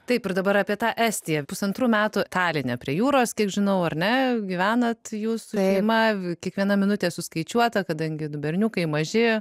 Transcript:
taip ir dabar apie tą estiją pusantrų metų taline prie jūros kiek žinau ar ne gyvenat jūs su šeima kiekviena minutė suskaičiuota kadangi du berniukai maži